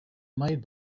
made